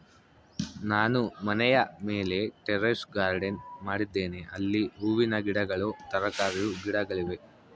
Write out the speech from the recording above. ನಾನು ಮನೆಯ ಮೇಲೆ ಟೆರೇಸ್ ಗಾರ್ಡೆನ್ ಮಾಡಿದ್ದೇನೆ, ಅಲ್ಲಿ ಹೂವಿನ ಗಿಡಗಳು, ತರಕಾರಿಯ ಗಿಡಗಳಿವೆ